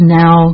now